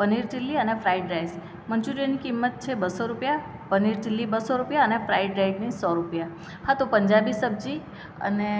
paneer chilli અને fried rice મંચુરિયનની કિંમત છે બસો રૂપિયા પનીર ચીલ્લી બસો રૂપિયા અને ફ્રાઈડ રાઈસની સો રૂપિયા હા તો પંજાબી સબ્જી અને